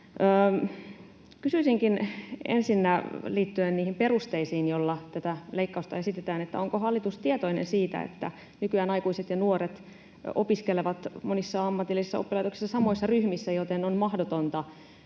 Kysyisinkin ensinnä liittyen niihin perusteisiin, joilla tätä leikkausta esitetään, onko hallitus tietoinen siitä, että nykyään aikuiset ja nuoret opiskelevat monissa ammatillisissa oppilaitoksissa samoissa ryhmissä, joten on mahdotonta